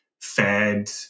fed